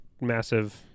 massive